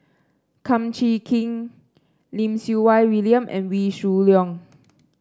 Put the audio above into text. Kum Chee Kin Lim Siew Wai William and Wee Shoo Leong